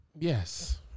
yes